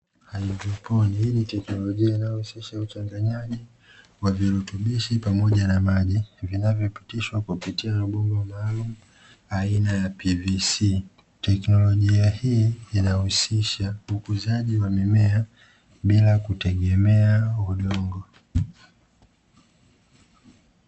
Haidroponi, hii ni teknolojia inayohusisha uchanganyaji wa virutubishi pamoja na maji vinavyopitishwa kupitia mabomba maalumu aina ya "PVC", teknolojia hii inahusisha ukuzaji wa mimea bila kutegemea udongo.